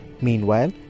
Meanwhile